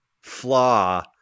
flaw